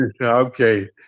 Okay